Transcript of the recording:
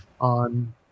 on